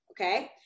okay